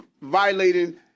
violating